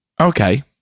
Okay